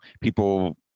people